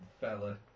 fella